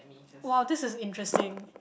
!wow! this is interesting